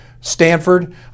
Stanford